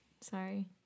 sorry